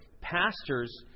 pastors